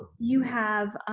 you have